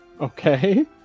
Okay